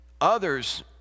others